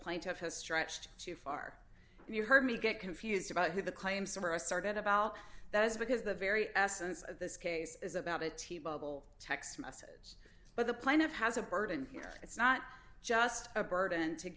plaintiff has stretched too far and you heard me get confused about who the claim some are started about that is because the very essence of this case is about it t bubble text message but the planet has a burden here it's not just a burden to